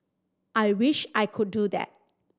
I wish I could do that